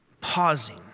pausing